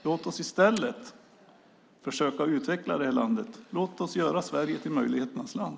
Låt oss i stället försöka utveckla detta land. Låt oss göra Sverige till möjligheternas land.